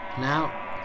Now